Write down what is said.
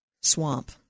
Swamp